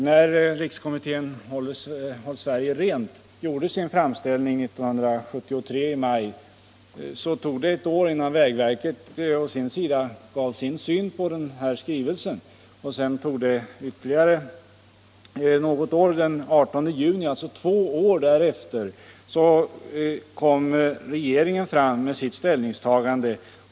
När rikskommittén Håll Sverige rent gjorde sin framställning i maj 1973 tog det ett år innan vägverket lade fram sin syn på skrivelsen, och sedan dröjde det ytterligare ett år till den 18 juni 1975 — alltså två år efter skrivelsens tillkomst — innan regeringen lade fram sitt ställningstagande.